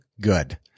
good